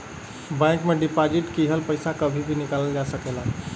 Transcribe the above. bank में deposit किहल पइसा कभी भी निकालल जा सकला